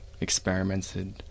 experimented